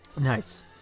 nice